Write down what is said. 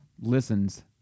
listens